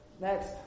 Next